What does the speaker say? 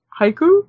haiku